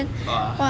!wah!